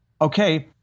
Okay